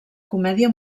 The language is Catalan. comèdia